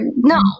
No